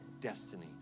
destiny